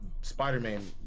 spider-man